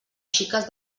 xiques